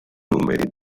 numeri